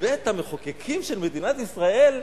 בבית-המחוקקים של מדינת ישראל,